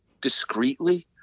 discreetly